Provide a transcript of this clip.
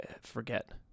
forget